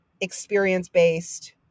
experience-based